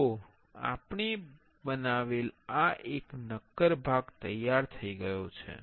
જુઓ આપણે બનાવેલ આ એક નક્કર ભાગ છે